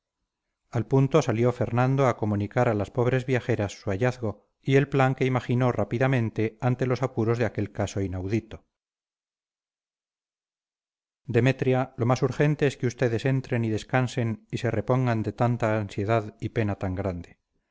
al punto salió fernando a comunicar a las pobres viajeras su hallazgo y el plan que imaginó rápidamente ante los apuros de aquel caso inaudito demetria lo más urgente es que ustedes entren y descansen y se repongan de tanta ansiedad y pena tan grande